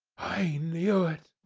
i knew it.